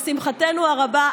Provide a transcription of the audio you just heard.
לשמחתנו הרבה,